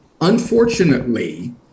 unfortunately